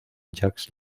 jacques